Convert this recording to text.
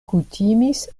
kutimis